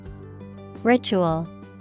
Ritual